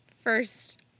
first